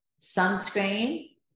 sunscreen